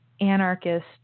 anarchist